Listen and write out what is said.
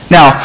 Now